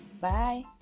Bye